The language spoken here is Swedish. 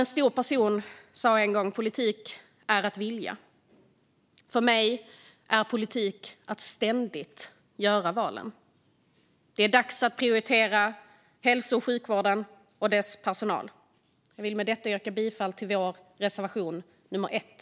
En stor person sa en gång: Politik är att vilja. För mig är politik att ständigt göra valen. Det är dags att prioritera hälso och sjukvården och dess personal. Jag vill med detta yrka bifall till vår reservation 1.